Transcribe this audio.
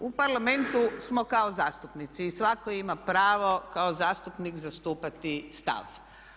U Parlamentu smo kao zastupnici i svatko ima pravo kao zastupnik zastupati stav.